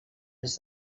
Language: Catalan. les